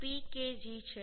125tPkg છે